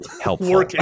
helpful